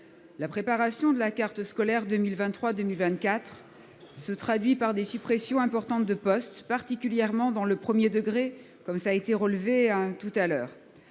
la préparation de la carte scolaire 2023-2024 se traduit par des suppressions importantes de postes, particulièrement dans le premier degré, comme cela vient d'être